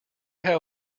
how